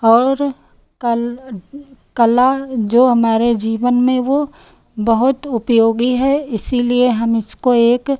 और कल कला जो हमारे जीवन में वह बहुत उपयोगी है इसीलिए हम इसको एक